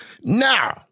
Now